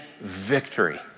victory